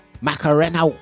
Macarena